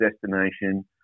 destination